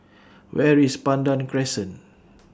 Where IS Pandan Crescent